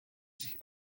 sich